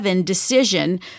decision